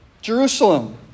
Jerusalem